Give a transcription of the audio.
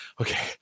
okay